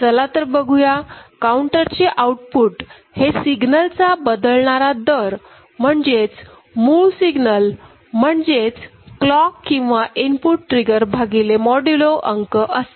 चला तर बघूया काउंटरचे आउटपुट हे सिग्नलचा बदलणारा दर म्हणजेच मूळ सिग्नल म्हणजेच क्लॉक किंवा इनपुट ट्रिगर भागिले मोदूलो अंक असते